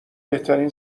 بهترین